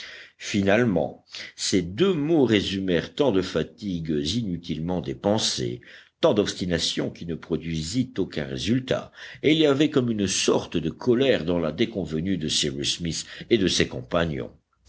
finalement ces deux mots résumèrent tant de fatigues inutilement dépensées tant d'obstination qui ne produisit aucun résultat et il y avait comme une sorte de colère dans la déconvenue de cyrus smith et de ses compagnons